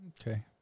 Okay